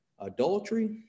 adultery